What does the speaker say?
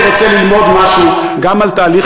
מזה אני רוצה ללמוד משהו גם על תהליך